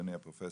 אדוני הפרופסור,